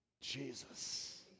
Jesus